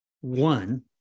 one